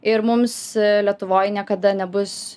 ir mums lietuvoj niekada nebus